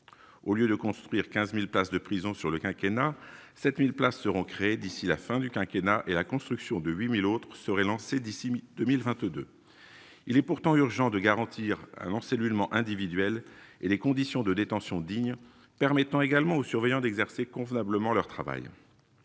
au lieu de construire 15000 places de prison sur le quinquennat 7000 places seront créées d'ici la fin du quinquennat et la construction de 8000 autres seraient lancés d'ici 2022, il est pourtant urgent de garantir un encellulement individuel et les conditions de détention digne, permettant également aux surveillants d'exercer convenablement leur travail